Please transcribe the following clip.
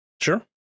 Sure